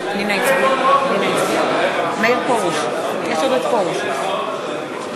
(קוראת בשמות חבר הכנסת) מאיר פרוש, אינו